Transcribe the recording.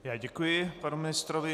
Já děkuji panu ministrovi.